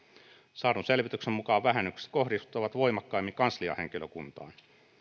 saadun selvityksen mukaan vähennykset kohdistuvat voimakkaimmin kansliahenkilökuntaan